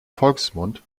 volksmund